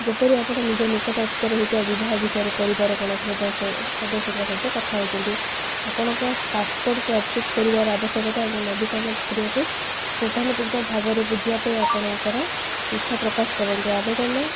ଯେପରି ଆପଣ ନିଜ ନିକଟ ଅତୀତରେ ହେଇଥିବା ବିବାହ ବିଷୟରେ ପରିବାର କୌଣସି ସଦ ସଦସ୍ୟଙ୍କ ସହିତ କଥା ହଉଛନ୍ତି ଆପଣଙ୍କ ପାସ୍ପୋର୍ଟକୁ ଅପଡ଼େଟ୍ କରିବାର ଆବଶ୍ୟକତା ଏବଂ ନବୀକରଣ ପ୍ରକ୍ରିୟାକୁ ପୁଙ୍ଖାନୁପୁଙ୍କ ଭାବରେ ବୁଝିବା ପାଇଁ ଆପଣଙ୍କର ଇଚ୍ଛା ପ୍ରକାଶ କରନ୍ତୁ ଆବେଦନ